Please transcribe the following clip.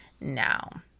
now